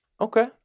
Okay